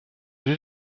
did